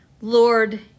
Lord